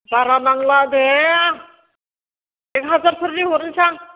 बारा नांला दे एक हाजारफोरनि हरनोसां